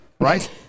right